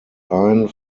ein